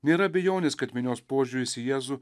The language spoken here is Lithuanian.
nėra abejonės kad minios požiūris į jėzų